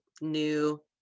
new